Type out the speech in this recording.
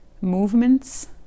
movements